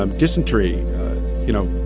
um dysentery you know,